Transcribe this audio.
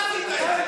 אתה עשית את זה.